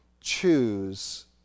choose